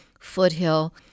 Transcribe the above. Foothill